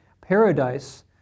Paradise